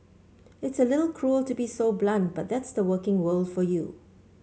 it's a little cruel to be so blunt but that's the working world for you